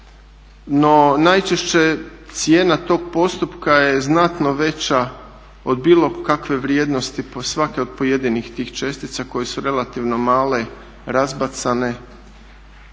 no najčešće cijena tog postupka je znatno veća od bilo kakve vrijednosti po svake od pojedinih tih čestica koje su relativno male, razbacane,